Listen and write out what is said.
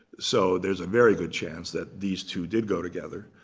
so there's a very good chance that these two did go together,